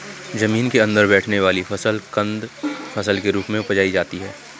जमीन के अंदर बैठने वाली फसल कंद फसल के रूप में उपजायी जाती है